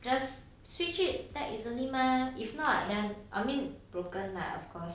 just switch it back easily mah if not then I mean broken lah of course